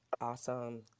Awesome